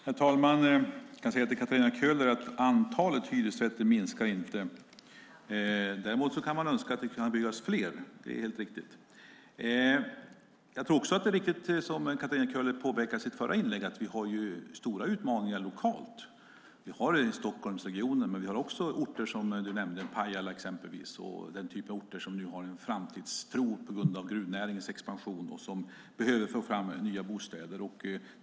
Herr talman! Jag kan säga till Katarina Köhler att antalet hyresrätter inte minskar. Däremot kan man önska att det skulle kunna byggas fler - det är helt riktigt. Jag tror också att det är riktigt, som Katarina Köhler påpekade i sitt förra inlägg, att vi har stora utmaningar lokalt. Vi har det i Stockholmsregionen men också i den typ av orter, exempelvis Pajala, där man har en framtidstro på grund av gruvnäringens expansion och behöver få fram nya bostäder.